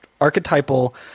archetypal